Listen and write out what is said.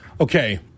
Okay